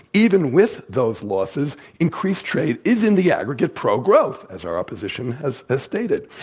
even with those losses, increased trade is in the aggregate pro-growth, as our opposition has ah stated.